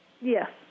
Yes